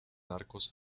arcos